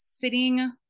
sitting